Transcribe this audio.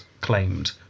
claimed